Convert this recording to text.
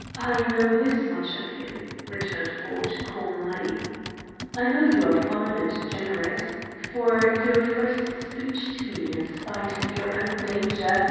i know this much of you, returned ford, calmly i know you are fine and generous, for your first speech to me, in spite of your own danger,